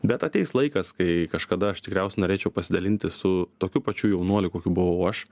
bet ateis laikas kai kažkada aš tikriausiai norėčiau pasidalinti su tokiu pačiu jaunuoliu kokiu buvau aš